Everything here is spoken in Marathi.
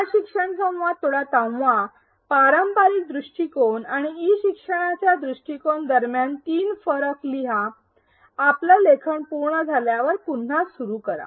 हा शिक्षण संवाद थोडा थांबवा पारंपारिक दृष्टिकोण आणि ई शिक्षणाचा दृष्टिकोण दरम्यान तीन फरक लिहा आपल लेखन पूर्ण झाल्यावर पुन्हा सुरु करा